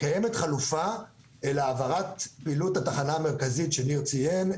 קיימת חלופה להעברת פעילות התחנה המרכזית שניר ציין,